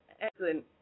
Excellent